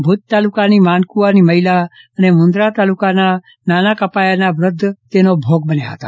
ભુજ તાલુકાની માનકુવાની મહિલા અને મુંદરા તાલુકાની નાના કપાયાના વૃધ્ય તેનો ભોગ બન્યા હતા